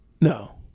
no